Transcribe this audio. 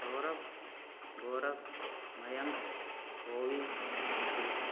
Saurabh Gaurabh Mayank Bholi Natwar